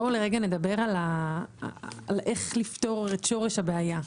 בואו לרגע נדבר על איך לפתור את שורש הבעיה.